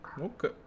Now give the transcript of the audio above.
Okay